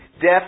Death